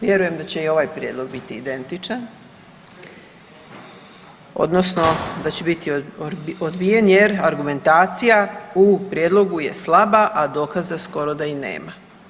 Vjerujem da će i ovaj prijedlog biti identičan odnosno da će biti odbijen jer argumentacija u prijedlogu je slaba, a dokaza skoro da i nema.